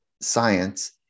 science